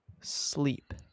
sleep